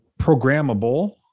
programmable